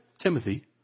Timothy